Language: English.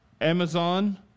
Amazon